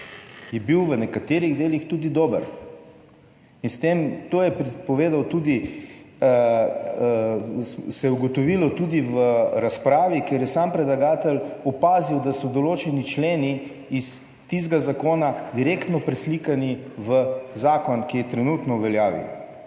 je bil v nekaterih delih tudi dober in s tem, to je povedal tudi, se je ugotovilo tudi v razpravi, kjer je sam predlagatelj opazil, da so določeni členi iz tistega zakona direktno preslikani v zakon, ki je trenutno v veljavi.